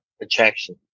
attraction